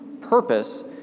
purpose